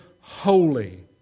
holy